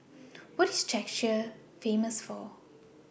What IS Czechia Famous For